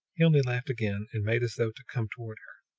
he only laughed again and made as though to come toward her.